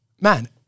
Man